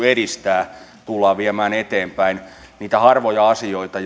edistää tullaan viemään eteenpäin niitä harvoja asioita